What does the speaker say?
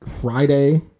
Friday